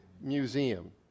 museum